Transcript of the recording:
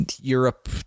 europe